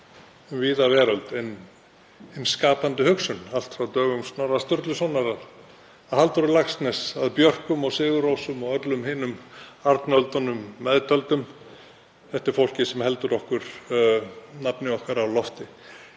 um víða veröld en hin skapandi hugsun, allt frá dögum Snorra Sturlusonar að Halldóri Laxness, að Björkum og Sigur Rósum og öllum hinum Arnöldunum meðtöldum. Þetta er fólkið sem heldur nafni okkar á lofti.